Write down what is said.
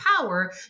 power